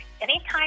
Anytime